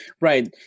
Right